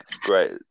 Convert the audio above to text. great